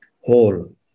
whole